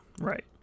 Right